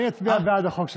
אני אצביע בעד החוק שלך.